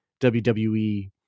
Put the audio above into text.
WWE